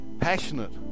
passionate